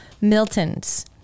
Milton's